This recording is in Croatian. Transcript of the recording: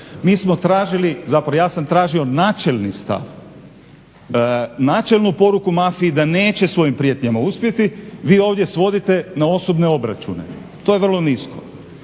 Mi smo tražili, zapravo ja sam tražio načelni stav, načelnu poruku mafiji da neće svojim prijetnjama uspjeti, vi ovdje svodite na osobne obračune, to je vrlo nisu.